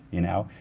you know?